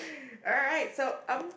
alright so up